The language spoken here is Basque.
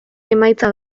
emaitza